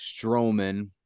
Strowman